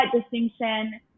distinction